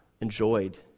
enjoyed